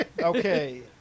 Okay